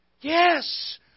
Yes